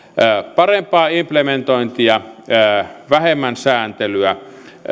parempaa implementointia vähemmän sääntelyä